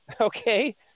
okay